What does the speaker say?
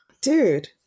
dude